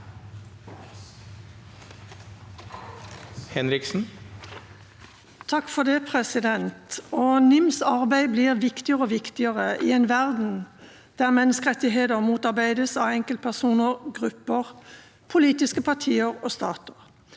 (ordfører for saken): NIMs arbeid blir viktigere og viktigere i en verden der menneskerettigheter motarbeides av enkeltpersoner, grupper, politiske partier og stater.